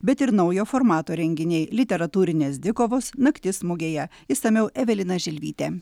bet ir naujo formato renginiai literatūrinės dvikovos naktis mugėje išsamiau evelina žilvytė